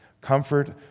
Comfort